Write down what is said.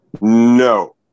No